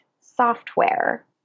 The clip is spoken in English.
software